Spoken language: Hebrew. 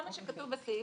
כל מה שכתוב בסעיף,